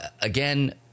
again